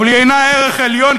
אבל היא אינה ערך עליון,